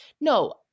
No